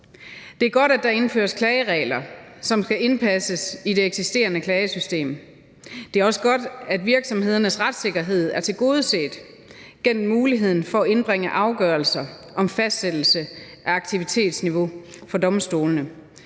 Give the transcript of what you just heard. Det er godt, at der indføres klageregler, som skal indpasses i det eksisterende klagesystem. Det er også godt, at virksomhedernes retssikkerhed er tilgodeset gennem muligheden for at indbringe afgørelser om fastsættelse af aktivitetsniveau for domstolene.